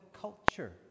culture